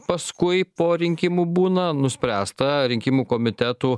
paskui po rinkimų būna nuspręsta rinkimų komitetų